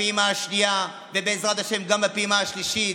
הפעימה השנייה, ובעזרת השם, גם הפעימה השלישית.